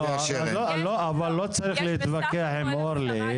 לא צריך להתווכח עם אורלי,